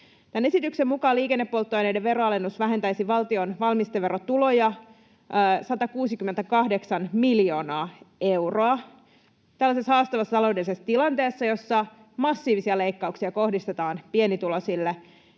Tämän esityksen mukaan liikennepolttoaineiden veroalennus vähentäisi valtion valmisteverotuloja 168 miljoonaa euroa. Tällaisessa haastavassa taloudellisessa tilanteessa, jossa massiivisia leikkauksia kohdistetaan pienituloisille,